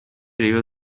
rayon